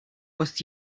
was